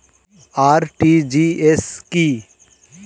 RTGS কি?